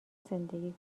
زندگی